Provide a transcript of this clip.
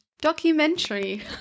documentary